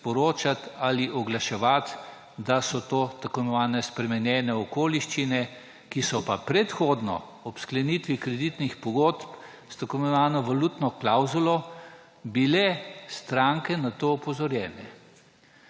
sporočati ali oglaševati, da so to tako imenovane spremenjene okoliščine, ki so pa predhodno ob sklenitvi kreditnih pogodb s tako imenovano valutno klavzulo bile stranke na to opozorjene.